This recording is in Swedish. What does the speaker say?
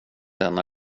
den